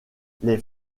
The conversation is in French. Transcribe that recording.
les